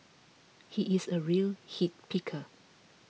he is a real hit picker